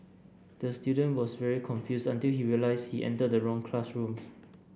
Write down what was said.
the student was very confused until he realised he entered the wrong classroom